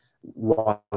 one